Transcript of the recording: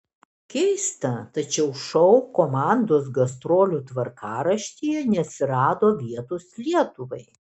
keista tačiau šou komandos gastrolių tvarkaraštyje neatsirado vietos lietuvai